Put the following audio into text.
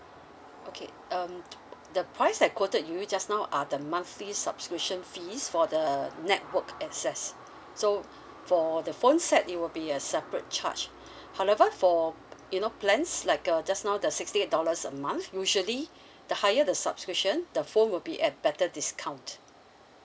okay um the price that I quoted you just now are the monthly subscription fees for the network access so for the phone set it will be a separate charge however for you know plans like uh just now the sixty eight dollars a month usually the higher the subscription the phone will be at better discount